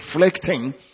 reflecting